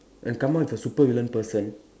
and Kama is a super villain person